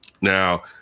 Now